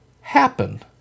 happen